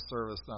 service